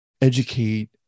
educate